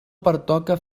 pertoca